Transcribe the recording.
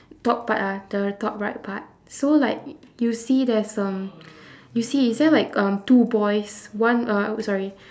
top part ah the top right part so like y~ you see there's um you see is there like um two boys one uh oh sorry